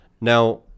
Now